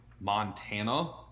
Montana